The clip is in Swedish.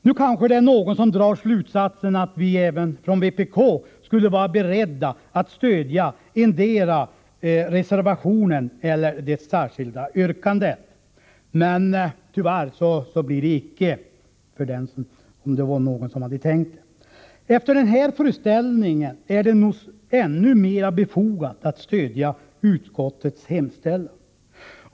Nu kanske någon drar slutsatsen att vi även från vpk skulle vara beredda att stödja endera reservationen eller det särskilda yrkandet, men det kommer vi inte att göra. Efter den här föreställningen är det nog ännu mera befogat att stödja utskottets hemställan.